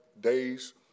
days